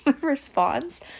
response